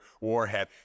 warhead